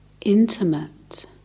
intimate